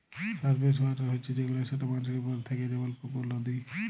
surface water হছে সেগুলা যেট মাটির উপরে থ্যাকে যেমল পুকুর, লদী